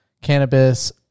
cannabis